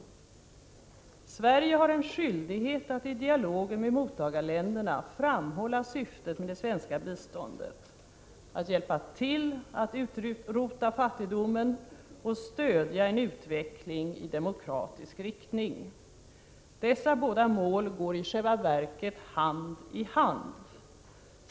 Sverige har en skyldighet att i dialogen med mottagarländerna framhålla syftet med det svenska biståndet: att hjälpa till att utrota fattigdomen och stödja en utveckling i demokratisk riktning. Dessa båda mål går i själva verket hand i hand.